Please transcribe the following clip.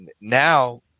now –